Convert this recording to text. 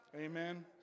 Amen